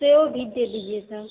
सेब भी दे दीजिए सब